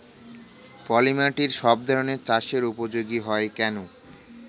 পলিমাটি সব ধরনের চাষের উপযোগী হয় কেন?